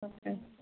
okay